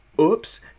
oops